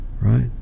right